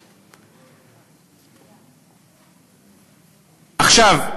עכשיו,